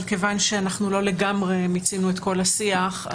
אבל מכיוון שלא מיצינו עדיין את כל השיח,